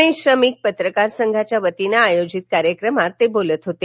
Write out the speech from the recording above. पुणे श्रमिक पत्रकार संघाच्या वतीनं आयोजित कार्यक्रमांत ते काल बोलत होते